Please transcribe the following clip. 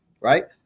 right